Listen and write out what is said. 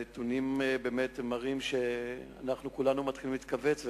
הנתונים מראים שכולנו מתחילים להתכווץ,